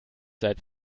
seit